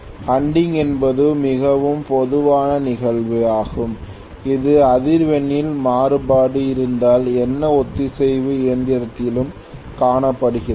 hunting என்பது மிகவும் பொதுவான நிகழ்வு ஆகும் இது அதிர்வெண்ணில் மாறுபாடு இருந்தால் எந்த ஒத்திசைவு இயந்திரத்திலும் காணப்படுகிறது